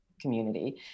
community